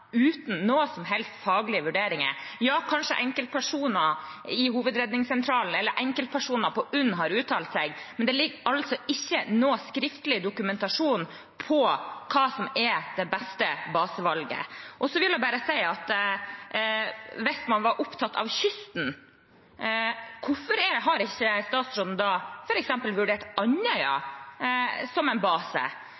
uten noen som helst faglige vurderinger. Ja, kanskje enkeltpersoner ved Hovedredningssentralen eller ved UNN, Universitetssykehuset Nord-Norge, har uttalt seg, men det foreligger altså ingen skriftlig dokumentasjon om hva som er det beste basevalget. Hvis man er opptatt av kysten, hvorfor har ikke statsråden da vurdert f.eks. Andøya